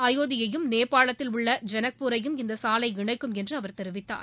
அயோத்தியையும் நேபாளத்தில் உள்ள ஜனக்பூரையும் இந்த சாலை இணைக்கும் என்று அவர் தெரிவித்தார்